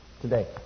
today